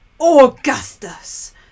Augustus